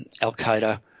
al-Qaeda